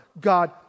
God